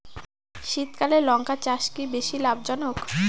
শীতকালে লঙ্কা চাষ কি বেশী লাভজনক?